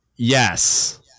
yes